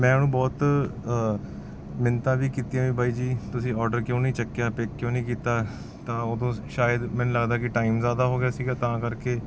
ਮੈਂ ਉਹਨੂੰ ਬਹੁਤ ਮਿੰਨਤਾਂ ਵੀ ਕੀਤੀਆਂ ਬਾਈ ਜੀ ਤੁਸੀਂ ਓਡਰ ਕਿਉਂ ਨਹੀਂ ਚੱਕਿਆ ਪਿੱਕ ਕਿਉਂ ਨਹੀਂ ਕੀਤਾ ਤਾਂ ਉਦੋਂ ਸ਼ਾਇਦ ਮੈਨੂੰ ਲੱਗਦਾ ਕਿ ਟਾਈਮ ਜ਼ਿਆਦਾ ਹੋ ਗਿਆ ਸੀਗਾ ਤਾਂ ਕਰਕੇ